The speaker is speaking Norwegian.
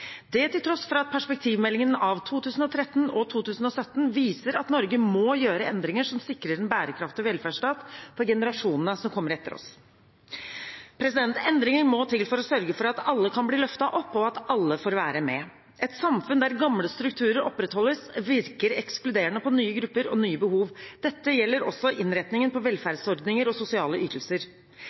Det til tross for at pPerspektivmeldingen av 2013 og 2017 viser at Norge må gjøre endringer som sikrer en bærekraftig velferdsstat for generasjonene som kommer etter oss. Endringer må til for å sørge for at alle kan bli løftet opp, og at alle får være med. Et samfunn der gamle strukturer opprettholdes, virker ekskluderende på nye grupper og nye behov. Dette gjelder også innretningen på velferdsordninger og sosiale ytelser.